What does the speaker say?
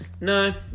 No